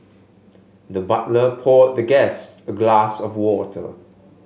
the butler poured the guest a glass of water